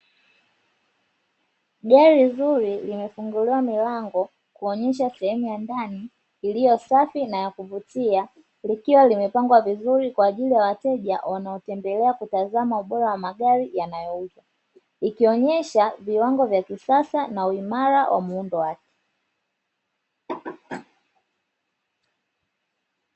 Gari zuri limefunguliwa milango kuonesha sehemu ya ndani iliyo safi na ya kuvutia ikiwa imepangwa vizuri kwa ajii ya wateja wanaotembelea kutazama ubora wa magari yanayouzwa, ikionesha viwango vya kisasa na uimara wa muundo wake.